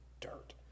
dirt